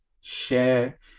share